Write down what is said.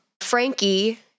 Frankie